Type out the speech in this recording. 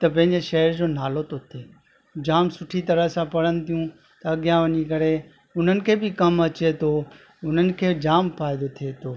त पंहिंजे शहर जो नालो थो थिए जाम सुठी तरह सां पढ़नि थियूं अॻियां वञी करे उन्हनि खे बि कमु अचे थो उन्हनि खे जाम फ़ाइदो थिए थो